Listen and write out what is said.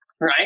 Right